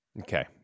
Okay